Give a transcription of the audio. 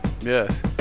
Yes